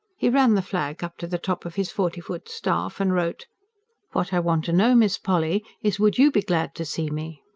he ran the flag up to the top of his forty-foot staff and wrote what i want to know, miss polly, is, would you be glad to see me?